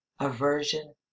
aversion